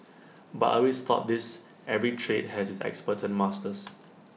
but I always thought this every trade has its experts and masters